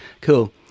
Cool